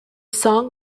song